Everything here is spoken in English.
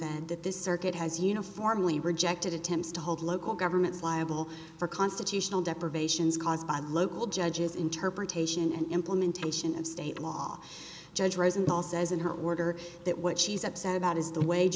that this circuit has uniformly rejected attempts to hold local governments liable for constitutional deprivations caused by local judges interpretation and implementation of state law judge rosenthal says in her order that what she's upset about is the wa